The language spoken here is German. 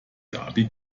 gaby